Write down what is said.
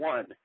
One